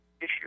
issue